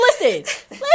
listen